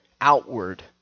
outward